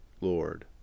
lord